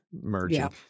merging